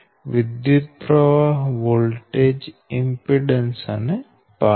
વિદ્યુતપ્રવાહ voltage impedance અને power